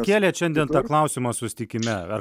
kėlėt šiandien tą klausimą susitikime ar